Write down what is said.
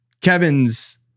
Kevin's